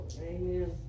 Amen